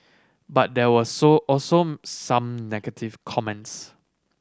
but there were so also some negative comments